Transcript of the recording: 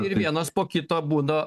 ir vienas po kito budo